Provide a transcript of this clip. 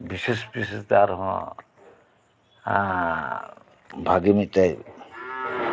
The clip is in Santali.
ᱵᱤᱥᱮᱥ ᱵᱤᱥᱮᱥ ᱟᱨᱦᱚᱸ ᱵᱷᱟᱹᱜᱤ ᱢᱤᱫᱴᱮᱱ